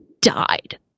died